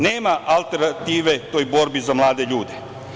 Nema alternative u borbi za mlade ljude.